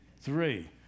three